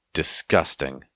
disgusting